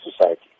society